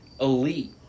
elite